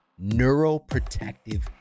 neuroprotective